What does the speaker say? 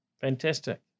Fantastic